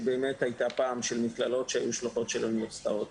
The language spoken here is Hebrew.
כמו שהיו פעם מכללות שהיו שלוחות של אוניברסיטאות,